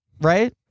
right